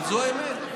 אבל זו האמת,